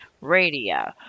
Radio